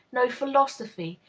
no philosophy,